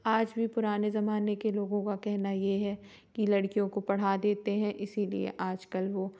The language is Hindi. आज भी पुराने जमाने के लोगों का कहना ये है कि लड़कियों को पढ़ा देते हैं इसीलिए आजकल वो